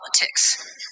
politics